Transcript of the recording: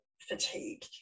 fatigue